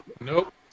Nope